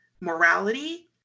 morality